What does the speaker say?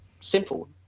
simple